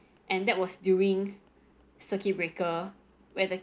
and that was during circuit breaker where the